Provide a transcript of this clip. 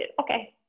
Okay